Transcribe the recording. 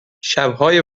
شبهای